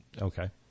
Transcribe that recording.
Okay